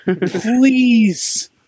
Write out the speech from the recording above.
please